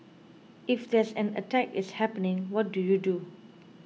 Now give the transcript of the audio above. if there's an attack is happening what do you do